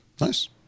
Nice